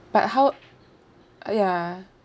but how uh ya